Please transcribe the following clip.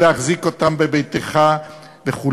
להחזיק אותם בביתך וכו'.